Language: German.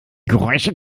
geräusche